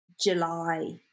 July